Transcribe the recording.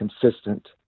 consistent